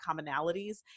commonalities